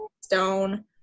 Stone